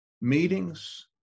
meetings